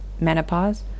menopause